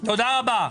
תודה רבה.